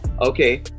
Okay